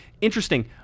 Interesting